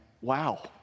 wow